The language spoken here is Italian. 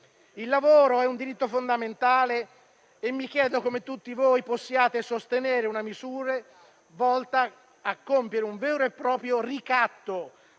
Il lavoro è un diritto fondamentale e mi chiedo come tutti voi possiate sostenere una misura volta a compiere un vero e proprio ricatto